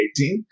2018